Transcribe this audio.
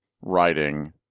writing